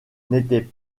n’étaient